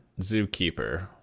zookeeper